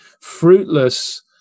fruitless